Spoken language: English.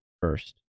first